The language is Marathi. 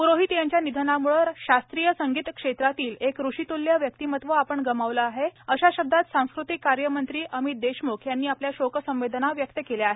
प्रोहित यांच्या निधनामुळे शास्त्रीय संगीत क्षेत्रातील एक ऋषितुल्य व्यक्तिमत्त्व आपण गमावले आहे अशा शब्दात सांस्कृतिक कार्य मंत्री अमित विलासराव देशमुख यांनी आपल्या शोकसंवेदना व्यक्त केल्या आहेत